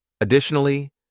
Additionally